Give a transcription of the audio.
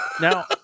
now